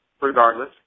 regardless